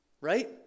right